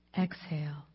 Exhale